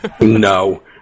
No